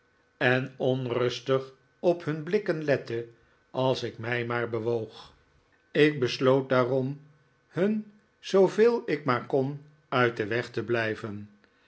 en onrustig op hun blikken lette als ik mij david copperfield maar bewoog ik besloot daarojn hun zooveel ik maar kon uit den weg te blijven